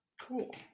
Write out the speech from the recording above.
Cool